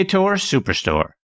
Superstore